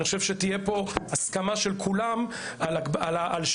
אני חושב שתהיה פה הסכמה של כולם על שינוי.